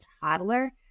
toddler